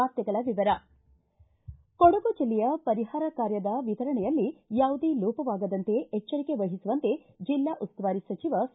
ವಾರ್ತೆಗಳ ವಿವರ ಕೊಡಗು ಜಿಲ್ಲೆಯ ಪರಿಹಾರ ಕಾರ್ಯದ ವಿತರಣೆಯಲ್ಲಿ ಯಾವುದೇ ಲೋಪವಾಗದಂತೆ ಎಚ್ಚರಿಕೆ ವಹಿಸುವಂತೆ ಜಿಲ್ಲಾ ಉಸ್ತುವಾರಿ ಸಚಿವ ಸಾ